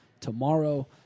tomorrow